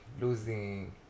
losing